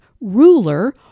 ruler